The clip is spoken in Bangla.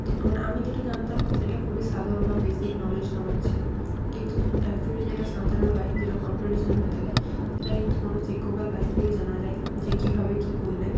তো মানে আমি যেটা জানতাম সেটা খুবই সাধারণ বা বেসিক নলেজ আমার ছিলো কিন্তু অ্যাকচ্যুয়ালি যেটা সাঁতারে হয় যেটা কম্পিটিশনে হয়ে থাকে সেটা কিন্তু কোনো শিক্ষকের কাছ থেকেই জানা যায় যে কীভাবে কী করলে